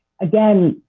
again,